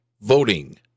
Voting